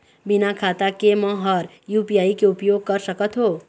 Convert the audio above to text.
बिना खाता के म हर यू.पी.आई के उपयोग कर सकत हो?